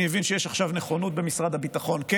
אני מבין שיש עכשיו נכונות במשרד הביטחון כן